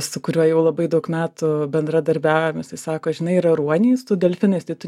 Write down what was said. su kuriuo jau labai daug metų bendradarbiaujam jisai sako žinai yra ruoniai su delfinais tai tu